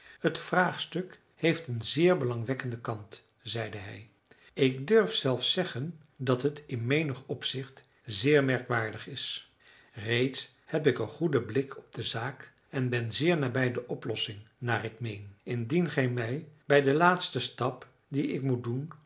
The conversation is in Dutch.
het vraagstuk heeft een zeer belangwekkenden kant zeide hij ik durf zelfs zeggen dat het in menig opzicht zeer merkwaardig is reeds heb ik een goeden blik op de zaak en ben zeer nabij de oplossing naar ik meen indien gij mij bij den laatsten stap dien ik moet doen